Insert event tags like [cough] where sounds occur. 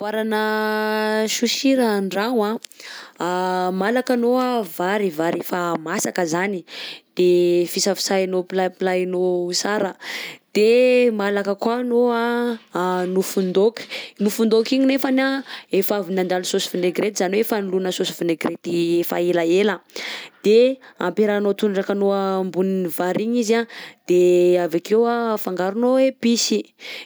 Amboarana sushi raha an-dragno anh, [hesitation] malaka anao anh vary vary efa masaka zany, de fisafisahinao pilapilahinao sara, de malaka koa anao anh [hesitation] nofon-daoka, nofon-daoka igny nefany anh efa avy nandalo saosy vinaigrety zany hoe efa nilona saosy vinaigrety efa elaela, de ampiarahanao tondrakanao ambonin'ny vary igny izy anh de avy akeo anh afangaronao episy.